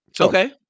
Okay